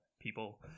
people